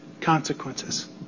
consequences